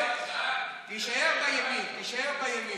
תישאר בימין, תישאר בימין.